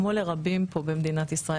נראה לי כמו לרבים פה במדינת ישראל,